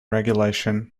regulation